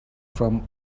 from